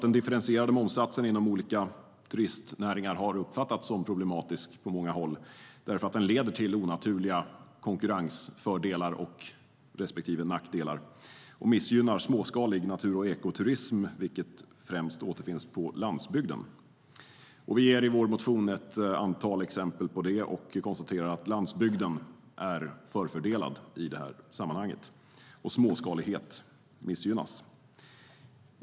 Den differentierade momssatsen inom olika turistnäringar har på många håll uppfattats som problematisk därför att den leder till onaturliga konkurrensfördelar respektive nackdelar och missgynnar småskalig natur och ekoturism, som främst återfinns på landsbygden. Vi ger i vår motion ett antal exempel och konstaterar att landsbygden är förfördelad i sammanhanget och att småskalighet missgynnas.